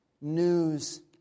News